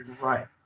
right